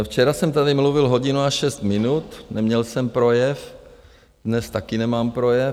Včera jsem tady mluvil hodinu a šest minut, neměl jsem projev, dnes taky nemám projev.